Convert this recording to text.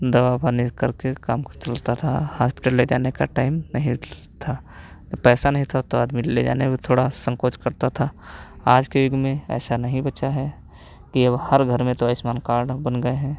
दवा पानी करके काम चलता था हॉस्पिटल ले जाने का टाइम नहीं था जब पैसा नहीं था तो आदमी ले जाने में थोड़ा संकोच करता था आज के युग में ऐसा नहीं बचा है कि अब हर घर में तो आयुष्मान कार्ड बन गए हैं